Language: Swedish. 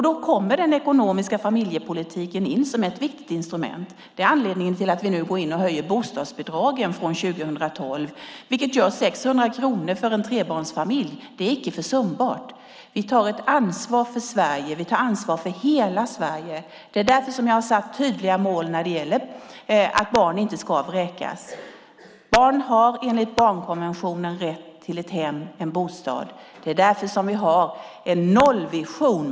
Då kommer den ekonomiska familjepolitiken in som ett viktigt instrument. Det är anledningen till att vi nu höjer bostadsbidragen från 2012. Det gör 600 kronor för en trebarnsfamilj. Det är inte försumbart. Vi tar ett ansvar för Sverige. Vi tar ansvar för hela Sverige. Det är därför som jag har satt tydliga mål om att barn inte ska vräkas. Barn har enligt barnkonventionen rätt till ett hem, en bostad. Det är därför som vi har en nollvision.